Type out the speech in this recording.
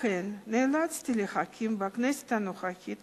לכן נאלצתי להקים בכנסת הנוכחית